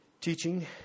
teaching